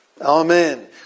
Amen